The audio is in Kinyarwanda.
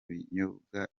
binyobwa